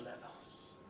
levels